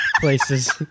places